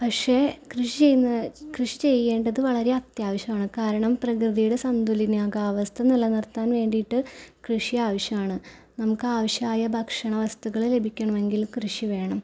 പക്ഷേ കൃഷി ചെയ്യുന്നത് കൃഷി ചെയ്യേണ്ടത് വളരെ അത്യാവശ്യമാണ് കാരണം പ്രകൃതിയുടെ സന്തുലനാവസ്ഥ നില നിർത്താൻ വേണ്ടിയിട്ട് കൃഷി ആവശ്യമാണ് നമുക്ക് ആവശ്യമായ ഭക്ഷണ വസ്തുക്കൾ ലഭിക്കണമെങ്കിൽ കൃഷി വേണം